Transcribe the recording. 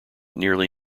nearly